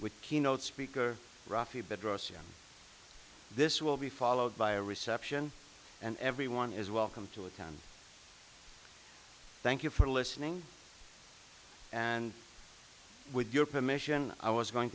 with keynote speaker rafi bedrosian this will be followed by a reception and everyone is welcome to attend thank you for listening and with your permission i was going